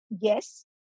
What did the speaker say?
yes